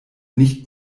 nicht